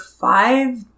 five